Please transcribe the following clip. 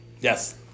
Yes